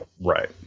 right